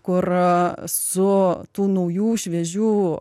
kur su tų naujų šviežių